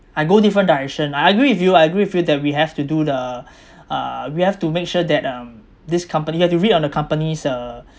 I go different direction I agree with you I agree with you that we have to do the uh we have to make sure that um this company you have to read on the company's uh